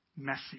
messy